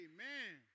Amen